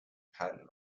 patent